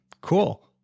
Cool